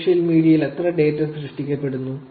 social മീഡിയയിൽ എത്ര data സൃഷ്ടിക്കപ്പെടുന്നു